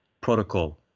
protocol